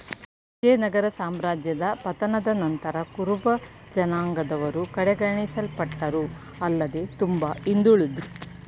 ವಿಜಯನಗರ ಸಾಮ್ರಾಜ್ಯದ ಪತನದ ನಂತರ ಕುರುಬಜನಾಂಗದವರು ಕಡೆಗಣಿಸಲ್ಪಟ್ಟರು ಆಲ್ಲದೆ ತುಂಬಾ ಹಿಂದುಳುದ್ರು